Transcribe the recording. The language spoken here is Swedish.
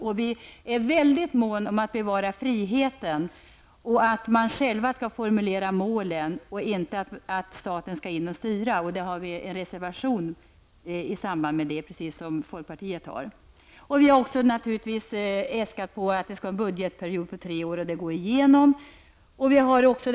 Vi är också väldigt måna om att bevara friheten, och vi vill att folkhögskolorna själva skall få formulera målen och att staten inte skall gå in och styra. På den punkten har vi en reservation, precis som folkpartiet. Vi har naturligtvis också föreslagit att det skall vara budgetperioder på tre år. Det förslaget kommer att gå igenom.